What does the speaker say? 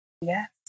yes